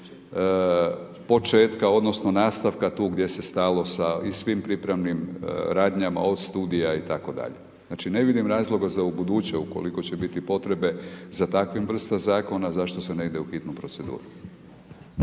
početka odnosno nastavka tu gdje se stalo sa i svim pripremnim radnjama od studija itd. Znači, ne vidim razloga za ubuduće ukoliko će biti potrebe za takvim vrsta zakona, zašto se ne ide u hitnu proceduru?